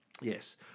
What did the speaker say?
yes